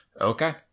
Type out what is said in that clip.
Okay